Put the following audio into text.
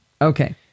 Okay